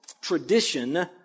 tradition